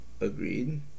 agreed